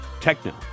Techno